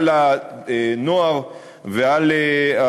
ועל הנוער,